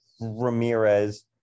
Ramirez